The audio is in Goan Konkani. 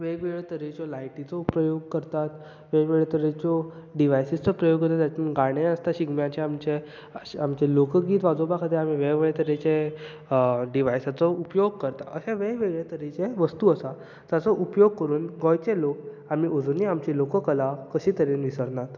वेगवेगळ्यो तरेचो लायटीचो उपयोग करतात वेगवेगळ्यो तरच्यो डिवायसीसचो प्रयोग जेतून गाणे आसता शिगम्याचे आमचे लोकगीत वाजोवपा खातीर आमी वेगवेगळे तरेचे डिवायसिज तेजो उपयोग करतात अहे वेगवेगळे तरेचे डिवायसिस आसा ताचो उपयोग करून आमी गोंयचे लोक आमी अजुनूय आमची लोककला कशी तरेन विसरनात